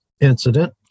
incident